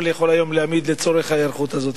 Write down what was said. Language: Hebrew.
יכולה להעמיד היום לצורך ההיערכות הזאת.